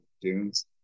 dunes